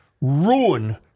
ruin